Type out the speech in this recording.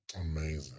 Amazing